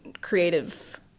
creative